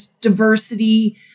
diversity